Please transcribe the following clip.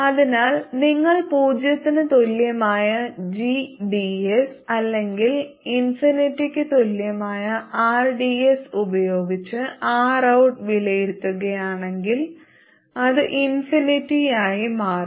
അതിനാൽ നിങ്ങൾ പൂജ്യത്തിന് തുല്യമായ gds അല്ലെങ്കിൽ ഇൻഫിനിറ്റിക്ക് തുല്യമായ rds ഉപയോഗിച്ച് Rout വിലയിരുത്തുകയാണെങ്കിൽ അത് ഇൻഫിനിറ്റിയായി മാറും